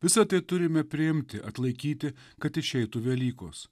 visa tai turime priimti atlaikyti kad išeitų velykos